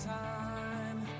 time